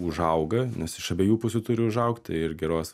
užauga nes iš abiejų pusių turi užaugt ir gerovės